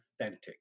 authentic